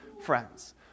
friends